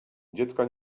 dziecka